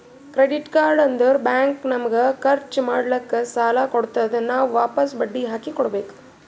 credit card ಅಂದುರ್ bank ನಮಗ ಖರ್ಚ್ ಮಾಡ್ಲಾಕ್ ಸಾಲ ಕೊಡ್ತಾದ್, ನಾವ್ ವಾಪಸ್ ಬಡ್ಡಿ ಹಾಕಿ ಕೊಡ್ಬೇಕ